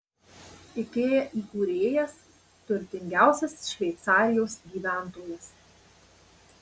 ikea įkūrėjas turtingiausias šveicarijos gyventojas